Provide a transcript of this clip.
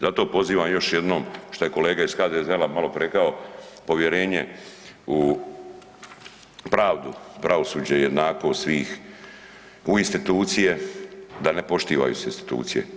Zato pozivam još jednom šta je kolega iz HDZ-a maloprije rekao, povjerenje u pravdu, pravosuđe, jednakost svih, u institucije, da ne poštivaju sve institucije.